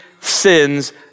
sins